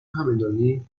همدانی